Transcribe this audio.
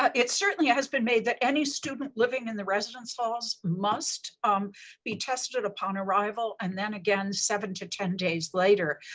but it certainly has been made that any student living in the residence halls must be tested upon arrival and then again seven to ten days later.